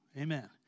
Amen